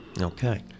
Okay